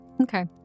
Okay